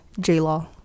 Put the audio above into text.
j-law